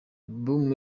album